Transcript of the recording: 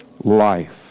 life